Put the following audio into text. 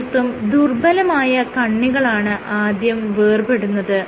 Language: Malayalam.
തീർത്തും ദുർബ്ബലമായ കണ്ണികളാണ് ആദ്യം വേർപെടുന്നത്